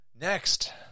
Next